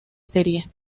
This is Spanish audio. serie